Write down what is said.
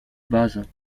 base